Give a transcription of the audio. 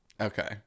Okay